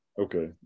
Okay